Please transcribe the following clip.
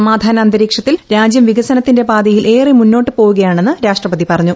സമാധാന അന്തരീക്ഷത്തിൽ രാജ്യം വികസനത്തിന്റെ പാതയിൽ ഏറെ മുന്നോട്ട് പോവുകയാണെന്ന് രാഷ്ട്രപതി പറഞ്ഞു